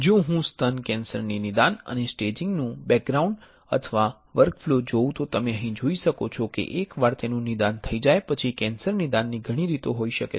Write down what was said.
જો હું સ્તન કેન્સરની નિદાન અને સ્ટેજીંગ નુ બેકગ્રાઉન્ડ અથવા વર્કફ્લો જોઉં તો તમે અહીં જોઈ શકો છો કે એકવાર તેનું નિદાન થઈ જાય પછી કેન્સર નિદાનની ઘણી રીતો હોઈ શકે છે